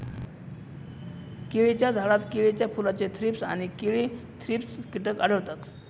केळीच्या झाडात केळीच्या फुलाचे थ्रीप्स आणि केळी थ्रिप्स कीटक आढळतात